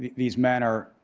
these men are,